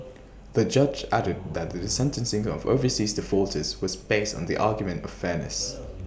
the judge added that the A sentencing of overseas defaulters was based on the argument of fairness